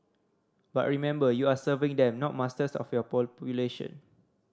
but remember you are serving them not masters of your population